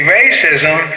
racism